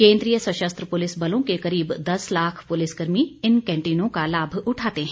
केन्द्रीय सशस्त्र पुलिस बलों के करीब दस लाख पुलिस कर्मी इन कैंटीनों का लाभ उठाते हैं